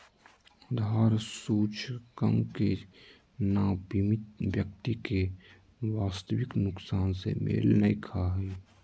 आधार सूचकांक के नाप बीमित व्यक्ति के वास्तविक नुकसान से मेल नय खा हइ